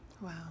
Wow